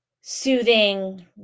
soothing